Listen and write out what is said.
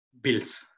bills